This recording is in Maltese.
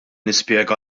nispjega